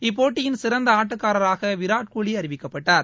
இப்போட்டியின் சிறந்த ஆட்டக்காரராக விராட்கோலி அறிவிக்கப்பட்டார்